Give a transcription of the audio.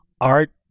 art